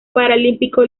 paralímpico